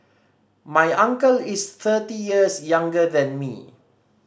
my uncle is thirty years younger than me